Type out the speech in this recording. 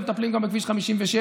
מטפלים גם בכביש 57,